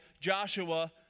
Joshua